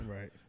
right